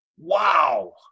Wow